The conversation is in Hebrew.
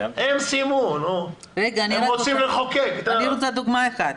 אני רוצה לתת דוגמה אחת.